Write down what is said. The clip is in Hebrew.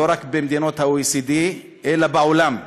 במדינות ה-OECD, אלא בעולם.